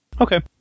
Okay